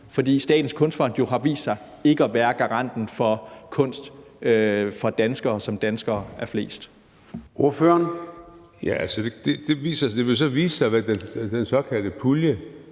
fordi Statens Kunstfond jo har vist sig ikke at være garanten for kunst for danskere, som danskere er flest? Kl. 20:38 Formanden (Søren Gade):